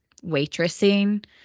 waitressing